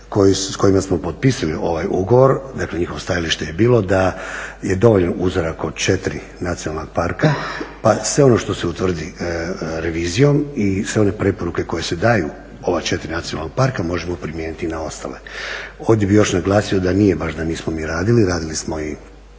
s kojima smo potpisali ovaj ugovor, dakle njihovo stajalište je bilo da je dovoljan uzorak od 4 nacionalna parka pa sve ono što se utvrdi revizijom i sve one preporuke koje se daju u ova 4 nacionalna parka možemo primijeniti i na ostale. Ovdje bih još naglasio da nije baš da nismo mi radili, radili smo i